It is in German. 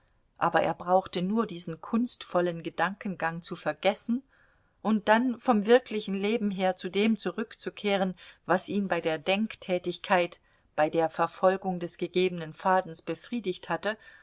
aber er brauchte nur diesen kunstvollen gedankengang zu vergessen und dann vom wirklichen leben her zu dem zurückzukehren was ihn bei der denktätigkeit bei der verfolgung des gegebenen fadens befriedigt hatte